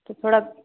तो थोड़ा